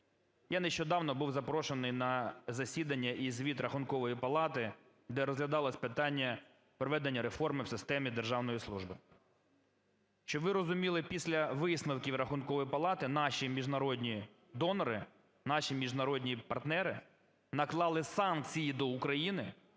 Я нещодавно був запрошений на засідання і звіт Рахункової палати, де розглядалось питання проведення реформи в системі державної служби. Щоб ви розуміли, після висновків Рахункової палати наші міжнародні донори, наші міжнародні партнери наклали санкції до України